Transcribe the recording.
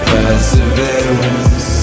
Perseverance